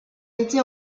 était